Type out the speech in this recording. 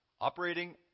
operating